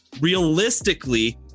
Realistically